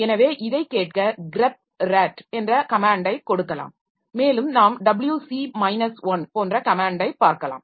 எனவே இதை கேட்க grep "rat" என்ற கமேன்டை கொடுக்கலாம் மேலும் நாம் wc minus 1 போன்ற கமேன்டை பார்க்கலாம்